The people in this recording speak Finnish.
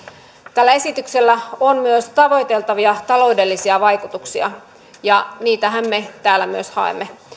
tällä esityksellä on myös tavoiteltavia taloudellisia vaikutuksia ja myös niitähän me täällä haemme